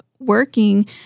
working